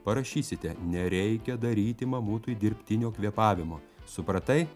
parašysite nereikia daryti mamutui dirbtinio kvėpavimo supratai